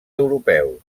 europeus